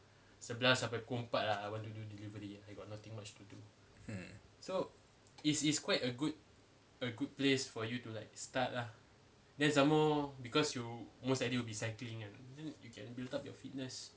mm